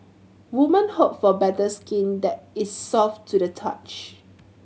woman hope for better skin that is soft to the touch